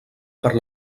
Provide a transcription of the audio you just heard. per